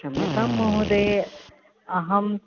क्षम्यतां महोदय अहं